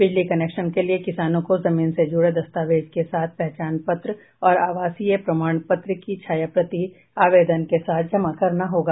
बिजली कलेक्शन के लिए किसानों को जमीन से जुड़े दस्तावेज के साथ पहचान पत्र और आवासीय प्रमाण पत्र की छायाप्रति आवेदन के साथ जमा करना होगा